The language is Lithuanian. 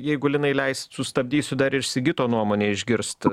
jeigu linai leisit sustabdysiu dar ir sigito nuomonę išgirst